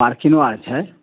पार्किनो आर छै